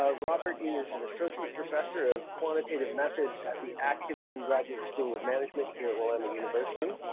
ah robert is an associate professor of quantitative methods at the atkinson graduate school of management here at willamette university.